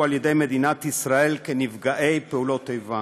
על-ידי מדינת ישראל כנפגעי פעולות איבה.